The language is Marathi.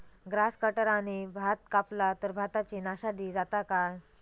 ग्रास कटराने भात कपला तर भाताची नाशादी जाता काय?